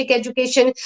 education